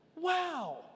Wow